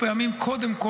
זה פחות אירוע כלכלי,